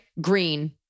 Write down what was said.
green